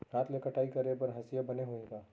हाथ ले कटाई करे बर हसिया बने होही का?